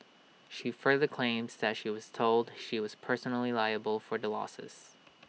she further claims that she was told she was personally liable for the losses